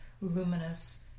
luminous